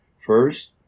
first